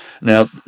now